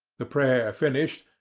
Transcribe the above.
the prayer finished,